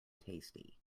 tasty